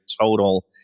total